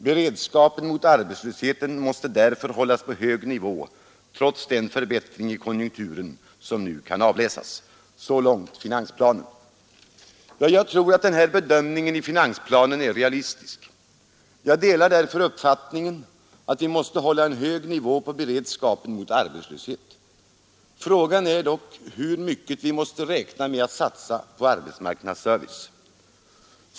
Beredskapen mot arbetslösheten måste därför hållas på hög nivå trots den förbättring i konjunkturen som nu kan avläsas.” — Så långt finansplanen. Jag tror att den bedömningen i finansplanen är realistisk. Jag delar därför uppfattningen att vi måste hålla en hög beredskap mot arbetslöshet. Frågan är dock hur mycket vi måste räkna med att satsa på arbetsmarknadsservice.